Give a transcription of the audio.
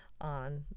on